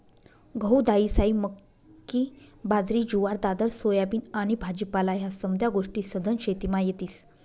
गहू, दायीसायी, मक्की, बाजरी, जुवार, दादर, सोयाबीन आनी भाजीपाला ह्या समद्या गोष्टी सधन शेतीमा येतीस